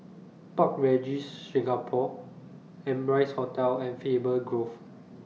Park Regis Singapore Amrise Hotel and Faber Grove